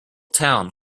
town